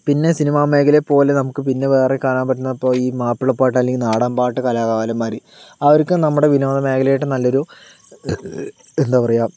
പിന്നെ സിനിമ മേഖേലെപ്പോലെ നമുക്ക് പിന്നെ വേറെ കാണാൻ പറ്റുന്ന ഇപ്പൊൾ ഈ മാപ്പിളപ്പാട്ട് അല്ലെങ്കിൽ നാടൻ പാട്ട് കലാകാരന്മാര് അവർക്ക് നമ്മുടെ വിനോദ മേഖലയായിട്ട് നല്ലൊരു എന്താ പറയുക